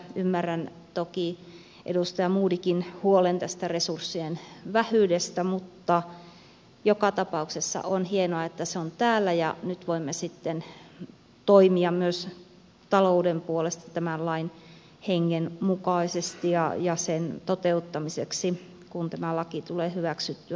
ymmärrän toki edustaja modigin huolen tästä resurssien vähyydestä mutta joka tapauksessa on hienoa että se on täällä ja nyt voimme sitten toimia myös talouden puolesta tämän lain hengen mukaisesti ja sen toteuttamiseksi kun tämä laki tulee hyväksytyksi eduskunnassa